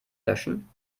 löschen